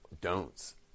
don'ts